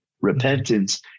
repentance